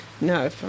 No